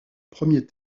premier